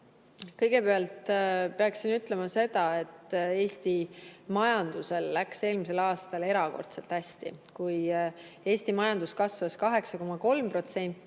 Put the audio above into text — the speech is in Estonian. Kõigepealt peaksin ütlema, et Eesti majandusel läks eelmisel aastal erakordselt hästi. Kui Eesti majandus kasvas 8,3%,